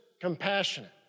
compassionate